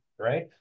Right